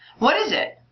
what is it?